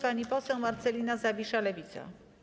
Pani poseł Marcelina Zawisza, Lewica.